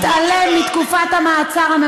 תפסיק עם הפופוליזם הזה, בבקשה